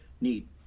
need